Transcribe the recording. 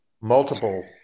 multiple